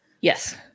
Yes